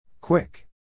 Quick